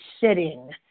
sitting